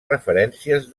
referències